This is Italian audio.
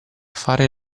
fare